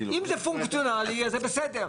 אם זה פונקציונלי זה בסדר,